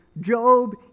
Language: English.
Job